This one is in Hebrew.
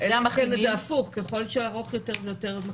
הפוך, ככל שארוך יותר, זה יותר?